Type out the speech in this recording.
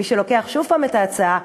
מי שלוקח שוב פעם את ההצעה,